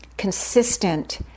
consistent